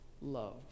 love